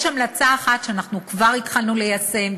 יש המלצה אחת שאנחנו כבר התחלנו ליישם,